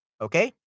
Okay